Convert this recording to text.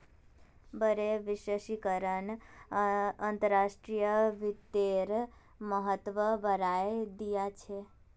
बढ़ते वैश्वीकरण अंतर्राष्ट्रीय वित्तेर महत्व बढ़ाय दिया छे